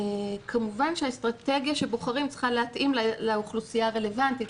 כמובן שהאסטרטגיה שבוחרים צריכה להתאים לאוכלוסייה הרלוונטית,